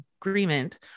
agreement